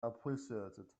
appreciated